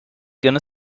gonna